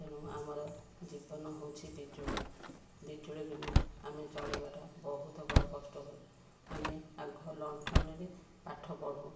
ତେଣୁ ଆମର ଜୀବନ ହଉଛି ବିଜୁଳି ବିଜୁଳି ବିନା ଆମେ ଚଳିବାଟା ବହୁତକର କଷ୍ଟ ହୁଏ ଆମେ ଆଗ ଲଣ୍ଠନରେ ପାଠ ପଢ଼ୁ